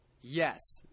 Yes